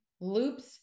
loops